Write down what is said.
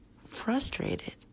frustrated